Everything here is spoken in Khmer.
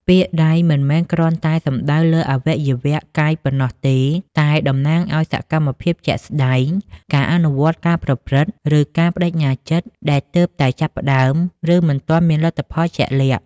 ពាក្យ "ដៃ" មិនមែនគ្រាន់តែសំដៅលើអវយវៈកាយប៉ុណ្ណោះទេ តែតំណាងឱ្យ សកម្មភាពជាក់ស្តែង ការអនុវត្ត ការប្រព្រឹត្ត ឬ ការប្ដេជ្ញាចិត្តដែលទើបតែចាប់ផ្ដើម ឬមិនទាន់មានលទ្ធផលជាក់លាក់។